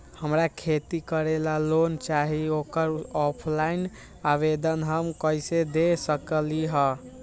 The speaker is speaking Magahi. हमरा खेती करेला लोन चाहि ओकर ऑफलाइन आवेदन हम कईसे दे सकलि ह?